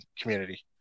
community